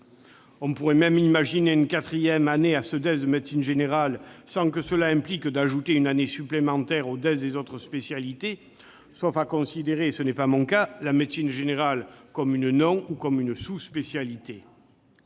On pourrait même imaginer une quatrième année à ce DES sans que cela implique d'ajouter une année supplémentaire aux DES des autres spécialités, sauf à considérer- ce n'est pas mon cas -la médecine générale comme une non-spécialité ou une sous-spécialité.